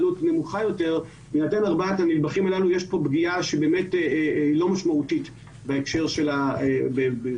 עלות נמוכה יותר יש כאן פגיעה שבאמת היא לא משמעותית בהקשר של זכותו